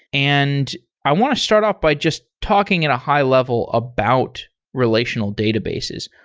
and i want to start off by just talking at a high-level about relational databases.